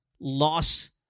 loss